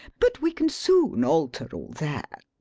but we can soon alter all that.